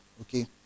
Okay